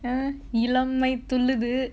இளமை துள்ளுது:ilamai thulluthu